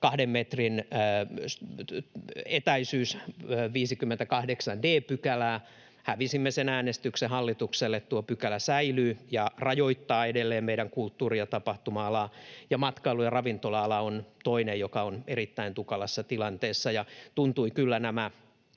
2 metrin etäisyys ‑pykälää, 58 d §:ää. Hävisimme sen äänestyksen hallitukselle. Tuo pykälä säilyy ja rajoittaa edelleen meidän kulttuuri- ja tapahtuma-alaa. Matkailu- ja ravintola-ala on toinen, joka on erittäin tukalassa tilanteessa. Tuntuivat kyllä nämä